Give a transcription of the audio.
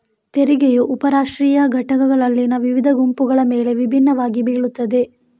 ತೆರಿಗೆಯು ಉಪ ರಾಷ್ಟ್ರೀಯ ಘಟಕಗಳಲ್ಲಿನ ವಿವಿಧ ಗುಂಪುಗಳ ಮೇಲೆ ವಿಭಿನ್ನವಾಗಿ ಬೀಳುತ್ತದೆ